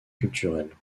culturelles